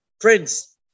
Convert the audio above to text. friends